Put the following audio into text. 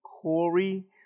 Corey